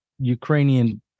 Ukrainian